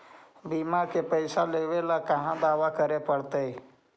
बिमा के पैसा लेबे ल कहा दावा करे पड़तै?